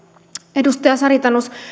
edustaja sari tanus